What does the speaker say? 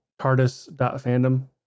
TARDIS.fandom